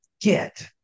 get